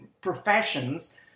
professions